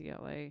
CLA